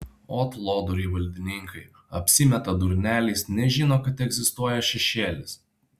ot lodoriai valdininkai apsimeta durneliais nežino kad egzistuoja šešėlis